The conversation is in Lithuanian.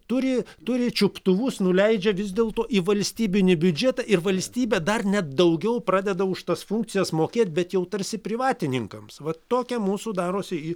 turi turi čiuptuvus nuleidžia vis dėlto į valstybinį biudžetą ir valstybė dar net daugiau pradeda už tas funkcijas mokėt bet jau tarsi privatininkams va tokia mūsų darosi